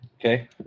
okay